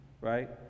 right